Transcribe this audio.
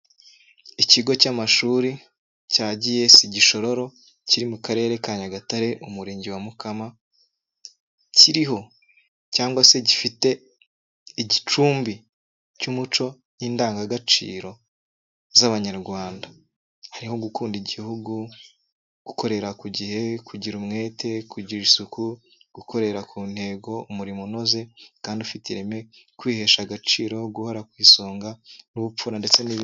Ikigo cy'amashuri cyo mu karere ka nyagatare umurenge wa mukama kiriho cyangwa se gifite igicumbi cy'umuco n'indangagaciro z'Abanyarwanda, hariho gukunda igihugu, gukorera ku gihe, kugira umwete, kugira isuku, gukorera ku ntego umurimo unoze kandi ufite ireme, kwihesha agaciro, guhora ku isonga n'ubupfura ndetse n'bindi.